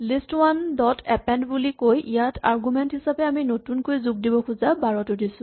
list one dot append বুলি কৈ ইয়াত আৰগুমেন্ট হিচাপে আমি নতুনকৈ দিব খোজা মান ১২ টো দিছো